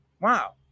wow